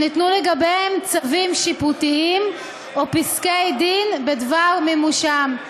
שניתנו לגביהם צווים שיפוטיים או פסקי-דין בדבר מימושם.